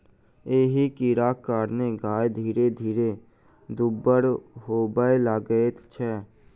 एहि कीड़ाक कारणेँ गाय धीरे धीरे दुब्बर होबय लगैत छै